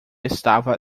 estava